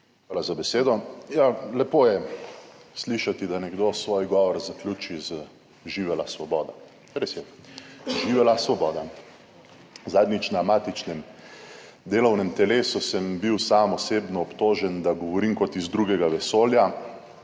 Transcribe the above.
Hvala za besedo. Ja, lepo je slišati, da nekdo svoj govor zaključi z »Živela svoboda«. Res je, živela svoboda. Zadnjič na matičnem delovnem telesu sem bil sam osebno obtožen, da govorim kot iz drugega vesolja.